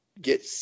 get